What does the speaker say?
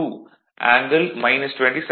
2 angle 27